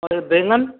और ये बैंगन